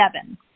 seven